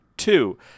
Two